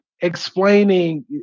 explaining